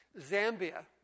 Zambia